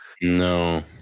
no